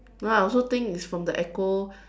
no lah I also think it's from the echo